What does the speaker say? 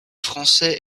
français